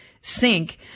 sink